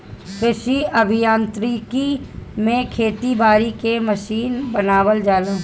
कृषि अभियांत्रिकी में खेती बारी के मशीन बनावल जाला